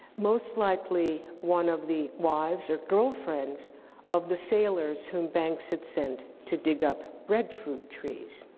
most likely one of the wives or girlfriends of the sailors whom banks had sent to dig up breadfruit trees.